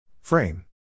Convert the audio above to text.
Frame